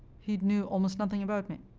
he knew almost nothing about me,